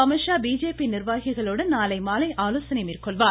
Amit Shah BJP நிர்வாகிகளுடன் நாளை மாலை ஆலோசனை மேற்கொள்கிறார்